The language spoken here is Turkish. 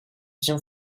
için